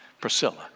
Priscilla